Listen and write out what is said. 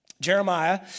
Jeremiah